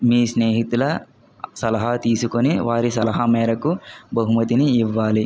మీ స్నేహితుల సలహా తీసుకొని వారి సలహా మేరకు బహుమతిని ఇవ్వాలి